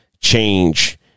change